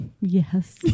Yes